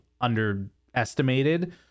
underestimated